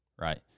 right